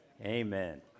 Amen